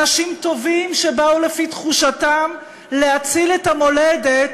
אנשים טובים שבאו לפי תחושתם להציל את המולדת,